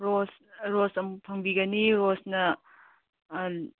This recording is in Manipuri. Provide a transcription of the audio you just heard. ꯔꯣꯁ ꯔꯣꯁ ꯐꯪꯕꯤꯒꯅꯤ ꯔꯣꯁꯅ